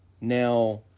Now